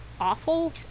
awful